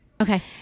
Okay